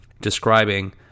describing